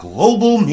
Global